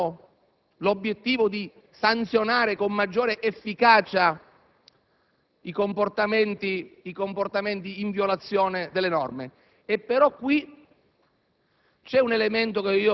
altre che hanno l'obiettivo di sanzionare con maggiore efficacia i comportamenti in violazione delle norme. Vi è qui